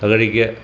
തകഴിക്ക്